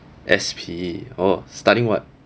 S_P oh studying what